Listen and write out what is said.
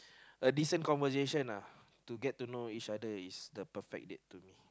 a decent conversation uh to get to know each other is the perfect date to me